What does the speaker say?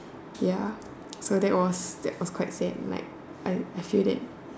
ya so that was that was quite sad like I I feel that